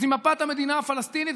אז היא מפת המדינה הפלסטינית,